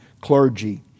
clergy